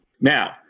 Now